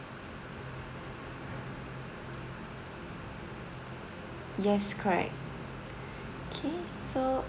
yes correct okay so